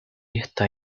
está